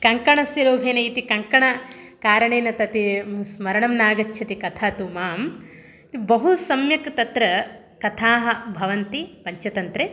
कङ्कणस्य लोभेन इति कङ्कणकारणेन तते स्मरणं नागच्छति कथा तु मां बहु सम्यक् तत्र कथाः भवन्ति पञ्चतन्त्रे